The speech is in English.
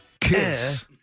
Kiss